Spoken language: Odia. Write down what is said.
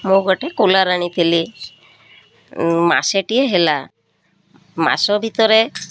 ମୁଁ ଗୋଟେ କୁଲର ଆଣିଥିଲି ମାସେଟିଏ ହେଲା ମାସ ଭିତରେ